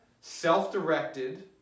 self-directed